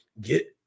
Get